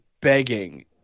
begging